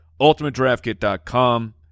ultimatedraftkit.com